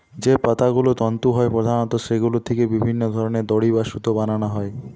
যে পাতাগুলো তন্তু হয় প্রধানত সেগুলো থিকে বিভিন্ন ধরনের দড়ি বা সুতো বানানা হয়